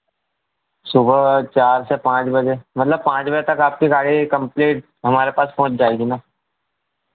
सुबह चार से पाँच बजे मतलब पाँच बजे तक आपकी गाड़ी कंप्लीट हमारे पास पहुंच जाएगी ना